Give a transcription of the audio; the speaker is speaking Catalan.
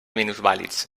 minusvàlids